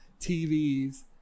TVs